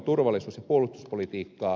arvoisa puhemies